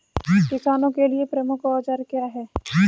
किसानों के लिए प्रमुख औजार क्या हैं?